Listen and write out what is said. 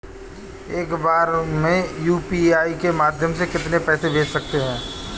एक बार में यू.पी.आई के माध्यम से कितने पैसे को भेज सकते हैं?